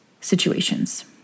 situations